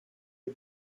die